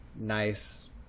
nice